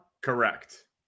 Correct